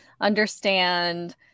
understand